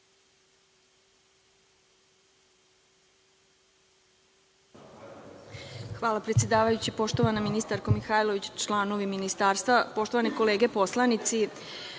Hvala, predsedavajući. Poštovana ministarko Mihajlović, članovi Ministarstva, poštovane kolege poslanici,